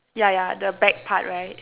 yeah yeah the back part right